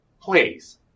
Please